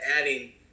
adding